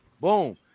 Boom